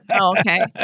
okay